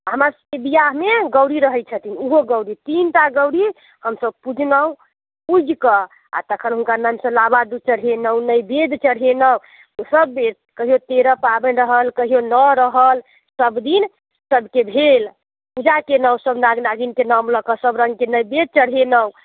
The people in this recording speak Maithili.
हमर सबके बिआहमे गौरी रहैत छथिन ओहो गौरी तीनटा गौरी हमसब पूजलहुँ पूजि कऽ आ तखन हुनका सबके लाबा दूध चढ़ेलहुँ नैवैद्य चढ़ेलहुँ सब बेर कहियो तेरह पाबनि रहल कहियो नओ रहल सब दिन सबके भेल पूजा कयलहुँ सब नाग नागिनके नाम लऽ कऽ सब रङ्गके नैवेद्य चढ़ेलहुँ